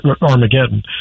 Armageddon